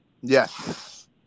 Yes